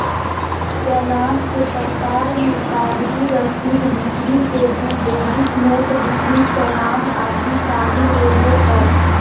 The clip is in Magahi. चालान के प्रकार मे कागजी रसीद, बिक्री के बिल, डेबिट नोट, बिक्री चालान आदि शामिल होबो हय